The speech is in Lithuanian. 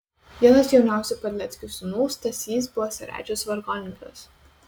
vienas jauniausių padleckių sūnų stasys buvo seredžiaus vargonininkas